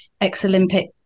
ex-Olympic